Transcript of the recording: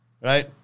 right